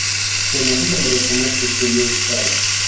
šiuo metu ten ruošiama speciali aikštelė